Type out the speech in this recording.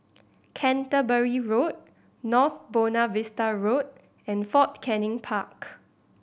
Canterbury Road North Buona Vista Road and Fort Canning Park